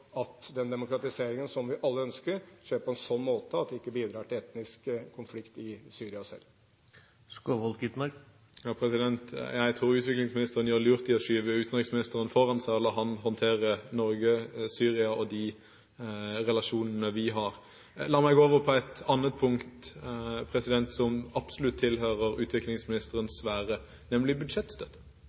at den demokratiseringen som vi alle ønsker, skjer på en sånn måte at det ikke bidrar til etnisk konflikt i Syria selv. Jeg tror utviklingsministeren gjør lurt i å skyve utenriksministeren foran seg og la ham håndtere Norge–Syria og de relasjonene vi har. La meg gå over til et annet punkt, som absolutt tilhører utviklingsminsterens sfære, nemlig budsjettstøtte.